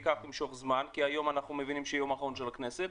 ימשוך זמן כי אנחנו מבינים שהיום זה היום האחרון של הכנסת,